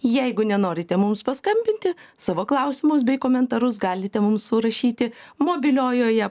jeigu nenorite mums paskambinti savo klausimus bei komentarus galite mums surašyti mobiliojoje